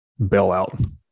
bailout